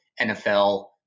NFL